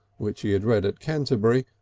which he had read at canterbury,